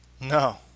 No